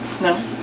No